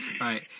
Right